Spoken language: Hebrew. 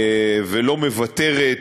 ולא מוותרת,